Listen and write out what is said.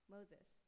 Moses